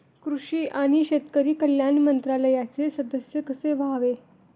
कृषी आणि शेतकरी कल्याण मंत्रालयाचे सदस्य कसे व्हावे?